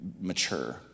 mature